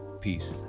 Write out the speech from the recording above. Peace